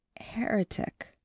heretic